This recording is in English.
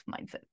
mindset